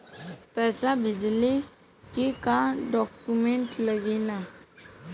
पैसा भेजला के का डॉक्यूमेंट लागेला?